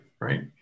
right